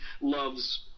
loves